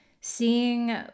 seeing